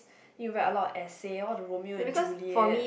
need to write a lot of essays all the Romeo and Juliet's